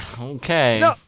Okay